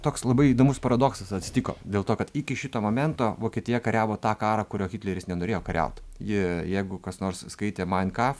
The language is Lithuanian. toks labai įdomus paradoksas atsitiko dėl to kad iki šito momento vokietija kariavo tą karą kurio hitleris nenorėjo kariaut ji jeigu kas nors skaitė main kaf